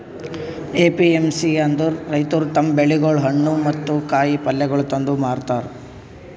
APMC ಅಂದುರ್ ರೈತುರ್ ತಮ್ ಬೆಳಿಗೊಳ್, ಹಣ್ಣ ಮತ್ತ ಕಾಯಿ ಪಲ್ಯಗೊಳ್ ತಂದು ಮಾರತಾರ್